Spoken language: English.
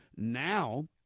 Now